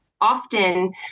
often